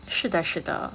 是的是的